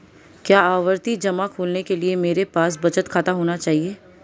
क्या आवर्ती जमा खोलने के लिए मेरे पास बचत खाता होना चाहिए?